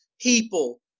people